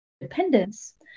independence